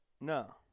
No